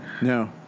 No